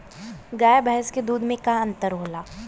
गाय भैंस के दूध में का अन्तर होला?